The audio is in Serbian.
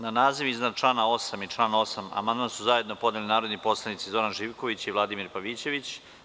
Na naziv iznad člana 8. i člana 8. amandman su zajedno podneli narodni poslanici Zoran Živković i Vladimir Pavićević.